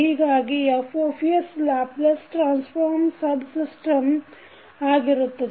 ಹೀಗಾಗಿ F Laplace transform subsystem ಆಗಿರುತ್ತದೆ